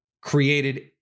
created